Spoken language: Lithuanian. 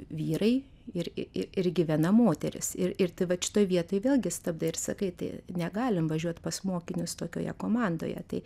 vyrai ir irgi viena moteris ir ir tai vat šitoj vietoj vėlgi stabdai ir sakai tai negalim važiuot pas mokinius tokioje komandoje tai